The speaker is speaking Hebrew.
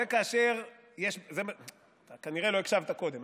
אתה כנראה לא הקשבת קודם.